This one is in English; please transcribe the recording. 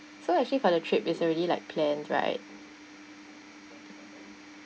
so actually for the trip it's already like planned right